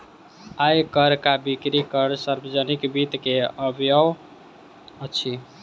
आय कर आ बिक्री कर सार्वजनिक वित्त के अवयव अछि